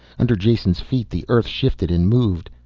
under jason's feet the earth shifted and moved.